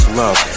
love